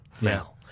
now